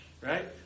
Right